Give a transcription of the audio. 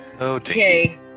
Okay